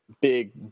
big